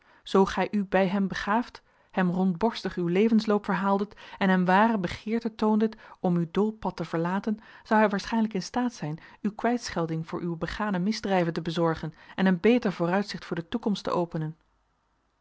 zoo gij u bij hem begaaft hem rondborstig uw levensloop verhaaldet en hem ware begeerte toondet om uw doolpad te verlaten zou hij waarschijnlijk in staat zijn u kwijtschelding voor uwe begane misdrijven te bezorgen en een beter vooruitzicht voor de toekomst te openen